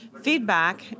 feedback